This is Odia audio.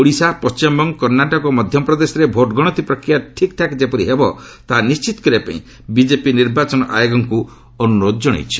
ଓଡ଼ିଶା ପଣ୍ଟିମବଙ୍ଗ କର୍ଷ୍ଣାଟକ ଓ ମଧ୍ୟପ୍ରଦେଶରେ ଭୋଟ୍ଗଣତି ପ୍ରକ୍ରିୟା ଠିକ୍ଠାକ୍ ଯେପରି ହେବ ତାହା ନିର୍ଣିତ କରିବାପାଇଁ ବିଜେପି ନିର୍ବାଚନ ଆୟୋଗଙ୍କୁ ଅନୁରୋଧ ଜଣାଇଛନ୍ତି